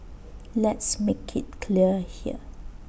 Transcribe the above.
let's make IT clear here